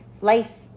life